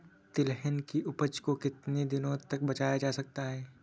तिलहन की उपज को कितनी दिनों तक बचाया जा सकता है?